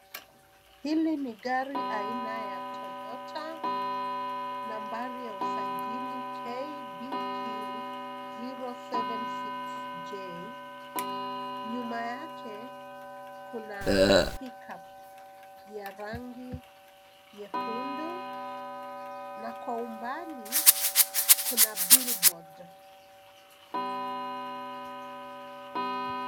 Hili ni gari aina ya Toyota nambari ya usajili KDQ 076J. Nyuma yake kuna pickup ya rangi nyekundu na kwa umbali kuna billboard .